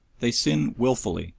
they sin wilfully,